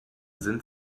sind